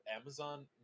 Amazon